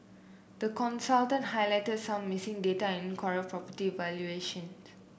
the consultant highlighted some missing data and incorrect property valuation